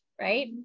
right